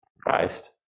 Christ